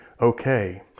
okay